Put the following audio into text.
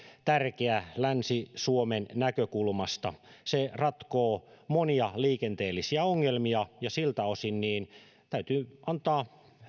tärkeä länsi suomen näkökulmasta se ratkoo monia liikenteellisiä ongelmia ja siltä osin täytyy antaa